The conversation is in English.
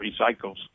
recycles